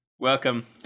Welcome